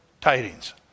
tidings